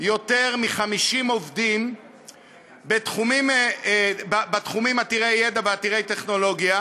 יותר מ-50 עובדים בתחומים עתירי ידע ועתירי טכנולוגיה,